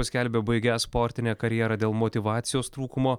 paskelbė baigiąs sportinę karjerą dėl motyvacijos trūkumo